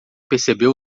percebeu